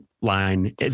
line